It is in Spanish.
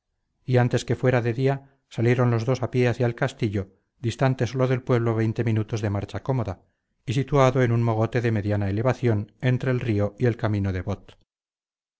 y antes que fuera de día salieron los dos a pie hacia el castillo distante sólo del pueblo veinte minutos de marcha cómoda y situado en un mogote de mediana elevación entre el río y el camino de bot